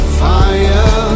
fire